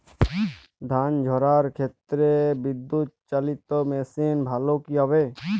ধান ঝারার ক্ষেত্রে বিদুৎচালীত মেশিন ভালো কি হবে?